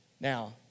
Now